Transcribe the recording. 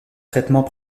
traitement